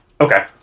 Okay